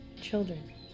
children